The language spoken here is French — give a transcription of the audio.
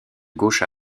gauche